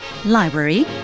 Library